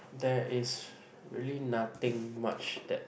there is really nothing much that